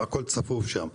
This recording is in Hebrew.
הכול צפוף שם.